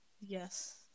yes